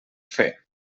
fer